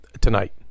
tonight